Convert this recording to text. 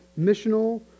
missional